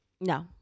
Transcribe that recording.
No